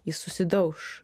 jis susidauš